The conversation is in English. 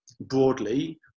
broadly